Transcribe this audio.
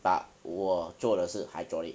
but 我做的是 hydraulic